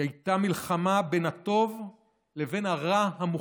היא הייתה מלחמה בין הטוב ובין הרע המוחלט.